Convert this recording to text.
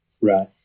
Right